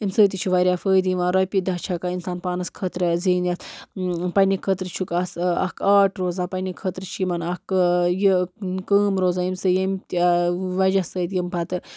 اَمۍ سۭتۍ تہِ چھِ واریاہ فٲیِدٕ یِوان رۄپیہِ دَہ چھِ ہٮ۪کان اِنسان پانَس خٲطرٕ زیٖنِتھ پَنٛنہِ خٲطرٕ چھُکھ آس اَکھ آرٹ روزان پَنٛنہِ خٲطرٕ چھٕ یِمَن اَکھ یہِ کٲم روزان ییٚمہِ سۭتۍ ییٚمہِ تہِ وَجہ سۭتۍ یِم پَتہٕ